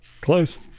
close